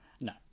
No